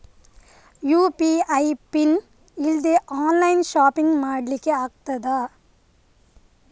UPI PIN ಇಲ್ದೆ online shopping ಮಾಡ್ಲಿಕ್ಕೆ ಆಗ್ತದಾ?